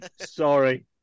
sorry